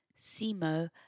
Simo